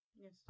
Yes